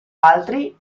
altri